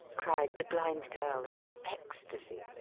cried the blind girl in an ecstacy.